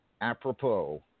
apropos